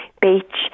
beach